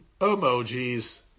Emojis